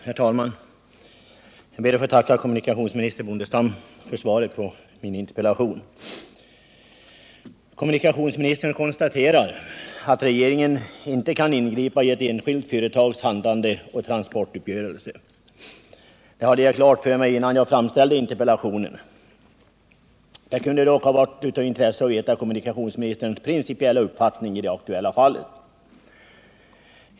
Herr talman! Jag ber att få tacka kommunikationsminister Bondestam för svaret på min interpellation. Kommunikationsministern konstaterar att regeringen inte kan ingripa i ett enskilt företags handlande och i dess transportuppgörelser. Det hade jag klart för mig innan jag framställde interpellationen. Det kunde dock ha varit av intresse att veta kommunikationsministerns principiella uppfattning i det aktuella fallet.